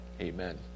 Amen